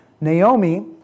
Naomi